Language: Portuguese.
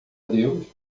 deus